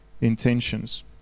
intentions